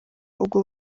ubwo